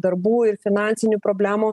darbų ir finansinių problemų